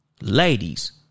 Ladies